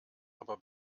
aber